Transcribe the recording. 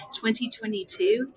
2022